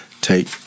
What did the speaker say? Take